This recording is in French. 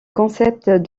concept